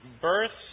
births